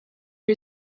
who